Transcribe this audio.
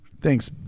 Thanks